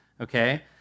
okay